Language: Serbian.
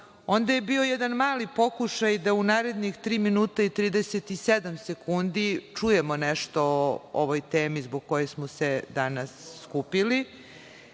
Onda je bio jedan mali pokušaj da u narednih tri minuta i 37 sekundi čujemo nešto o ovoj temi zbog koje smo se danas skupili,